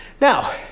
Now